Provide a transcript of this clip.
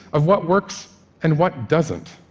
of what works and what doesn't.